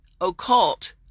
occult